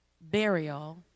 burial